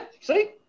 See